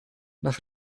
nach